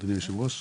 אדוני היושב-ראש.